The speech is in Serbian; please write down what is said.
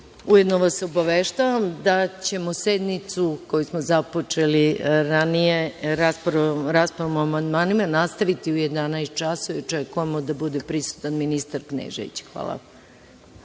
Ujedno vas obaveštavam da ćemo sednicu koju smo započeli ranije raspravom o amandmanima nastaviti u 11.00 časova, i očekujemo da bude prisutan ministar Knežević.